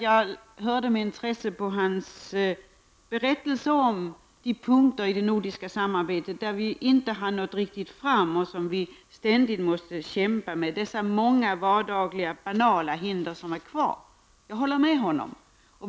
Jag hörde med intresse på Elver Jonssons berättelse om de punkter i det nordiska samarbetet där vi inte riktigt har nått fram och där vi ständigt måste kämpa, dessa många vardagliga, banala hinder som är kvar. Jag håller med honom.